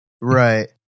Right